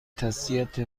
تسلیت